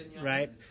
right